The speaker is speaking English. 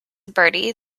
bertie